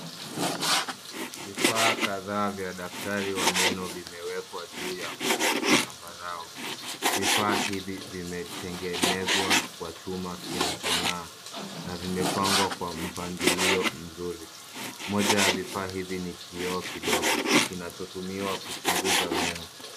Vifaa kadhaa vya daktari wa meno vimewekwa juu ya uso wa zambarau. Vifaa hivi vimetengenezwa kwa chuma kinachongaa na vimepangwa kwa mpangilio mzuri. Moja ya vifaa hivi ni kioo kidogo kinachotumiwa kuchunguza meno.